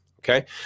Okay